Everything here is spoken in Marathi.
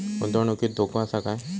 गुंतवणुकीत धोको आसा काय?